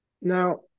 now